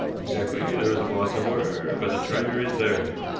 exactly! there is a flaw somewhere, but the treasure is there,